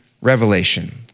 Revelation